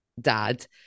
dad